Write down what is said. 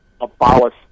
abolish